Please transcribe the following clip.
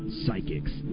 psychics